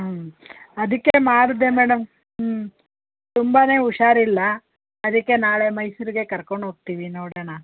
ಹ್ಞೂ ಅದಕ್ಕೆ ಮಾಡಿದೆ ಮೇಡಮ್ ಹ್ಞೂ ತುಂಬಾ ಹುಷಾರಿಲ್ಲ ಅದಕ್ಕೆ ನಾಳೆ ಮೈಸೂರಿಗೆ ಕರ್ಕೊಂಡು ಹೋಗ್ತೀವಿ ನೋಡೋಣ